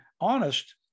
honest